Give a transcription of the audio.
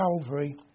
Calvary